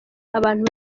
abantu